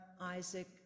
Isaac